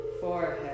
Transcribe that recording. forehead